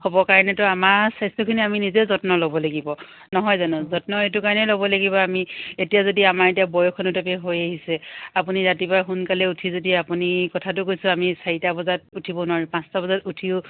হ'ব কাৰণেতো আমাৰ স্বাস্থ্যখিনি আমি নিজে যত্ন ল'ব লাগিব নহয় জানো যত্ন এইটো কাৰণে ল'ব লাগিব আমি এতিয়া যদি আমাৰ এতিয়া হৈ আহিছে আপুনি ৰাতিপুৱা সোনকালে উঠি যদি আপুনি কথাটো কৈছোঁ আমি চাৰিটা বজাত উঠিব নোৱাৰিম পাঁচটা বজাত উঠিও